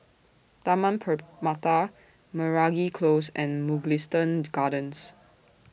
Taman Permata Meragi Close and Mugliston Gardens